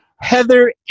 Heather